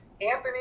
Anthony